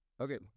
okay